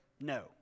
No